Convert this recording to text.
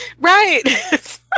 Right